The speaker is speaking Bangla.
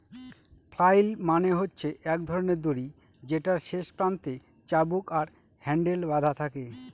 ফ্লাইল মানে হচ্ছে এক ধরনের দড়ি যেটার শেষ প্রান্তে চাবুক আর হ্যান্ডেল বাধা থাকে